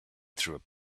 through